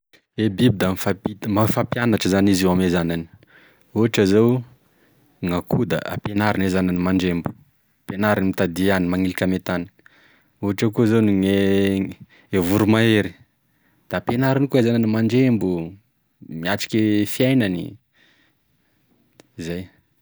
E biby da mifampit- ma- mifampianatry zany izy io ame zanany, ohatra zao gn'akoho da hampenariny e zanany mandrembo, ampianariky mitadia hagniny, magniliky ame tany, ohatra koa zao gne voromahery da hampenariny koa e zanany mandrembo, miatriky e fiainany, zay.